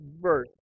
verse